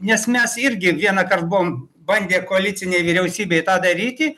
nes mes irgi vienąkart buvom bandę koalicinei vyriausybei tą daryti